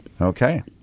Okay